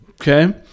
Okay